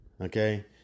okay